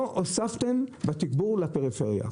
אבל לא הוספתם בתגבור לפריפריה.